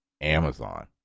Amazon